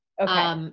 Okay